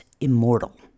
immortal